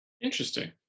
Interesting